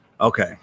Okay